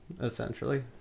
Essentially